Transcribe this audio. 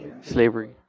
Slavery